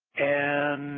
and